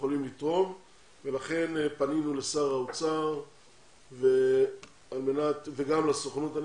שיכולים לתרום ולכן פנינו לשר האוצר וגם לסוכנות,